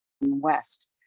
West